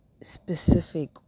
specific